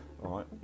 right